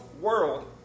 world